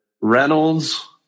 Reynolds